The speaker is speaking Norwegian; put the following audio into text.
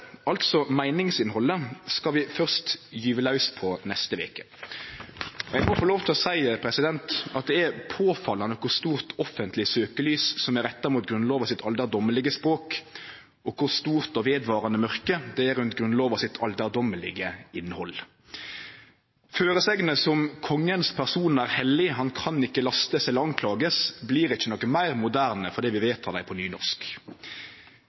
altså meiningsinnhaldet, skal vi først gyve laus på neste veke. Men eg må få lov til å seie at det er påfallande kor stort offentleg søkjelys som er retta mot Grunnlova sitt alderdommelege språk, og kor stort og vedvarande mørke det er rundt Grunnlova sitt alderdommelege innhald. Føresegn som «Kongens Person er hellig; han kan ikke lastes, eller anklages» blir ikkje noko meir moderne fordi vi vedtek dei på